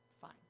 fine